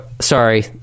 sorry